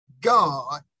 God